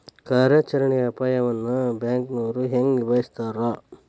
ಕಾರ್ಯಾಚರಣೆಯ ಅಪಾಯವನ್ನ ಬ್ಯಾಂಕನೋರ್ ಹೆಂಗ ನಿಭಾಯಸ್ತಾರ